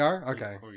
Okay